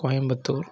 Coimbatore